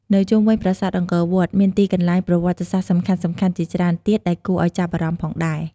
នៅជុំវិញប្រាសាទអង្គរវត្ត មានទីកន្លែងប្រវត្តិសាស្ត្រសំខាន់ៗជាច្រើនទៀតដែលគួរឱ្យចាប់អារម្មណ៍ផងដែរ។